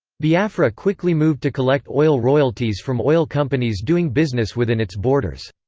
biafra quickly moved to collect oil royalties from oil companies doing business within its borders.